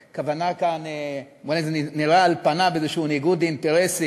אולי נראה על פניו איזה ניגוד אינטרסים,